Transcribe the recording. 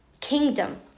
kingdom